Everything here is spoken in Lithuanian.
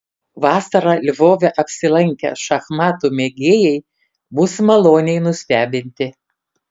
vasarą lvove apsilankę šachmatų mėgėjai bus maloniai nustebinti